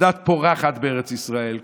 הדת פורחת בארץ ישראל.